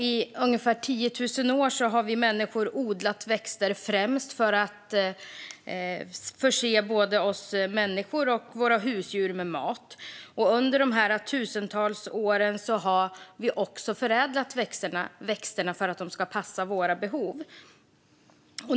I ungefär 10 000 år har vi människor odlat växter, främst för att förse både oss människor och våra husdjur med mat. Under dessa tusentals år har vi också förädlat växterna för att de ska passa våra behov.